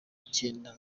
icyenda